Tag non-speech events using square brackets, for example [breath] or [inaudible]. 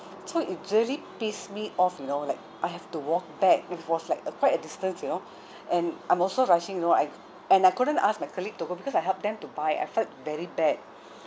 so it really pissed me off you know like I have to walk back it was like a quite a distance you know [breath] and I'm also rushing you know I and I couldn't ask my colleague to go because I helped them to buy I felt very bad